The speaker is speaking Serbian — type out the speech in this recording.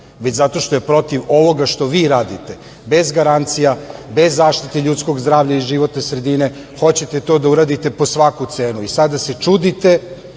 već zato što je protiv ovoga što vi radite, bez garancija, bez zaštite ljudskog zdravlja i životne sredine, hoćete to da uradite po svaku cenu i sada se čudite